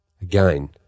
Again